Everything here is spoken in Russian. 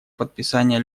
подписания